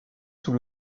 sous